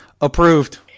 approved